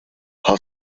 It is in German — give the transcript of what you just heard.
herr